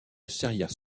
serrières